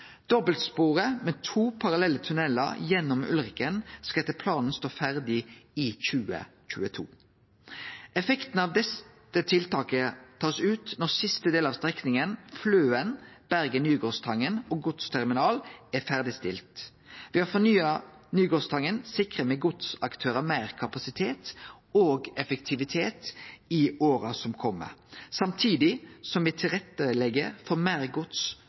Dobbeltsporet, med to parallelle tunnelar gjennom Ulriken, skal etter planen stå ferdig i 2022. Effekten av dette tiltaket blir tatt ut når den siste delen av strekninga, Fløen–Bergen/Nygårdstangen godsterminal, er ferdigstilt. Ved å fornye Nygårdstangen sikrar me godsaktørar meir kapasitet og effektivitet i åra som kjem, samtidig som me legg til rette for meir gods